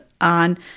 on